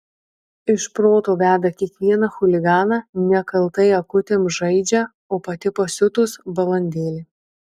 iš proto veda kiekvieną chuliganą nekaltai akutėm žaidžia o pati pasiutus balandėlė